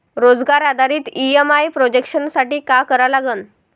रोजगार आधारित EMI projection साठी का करा लागन?